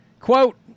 Quote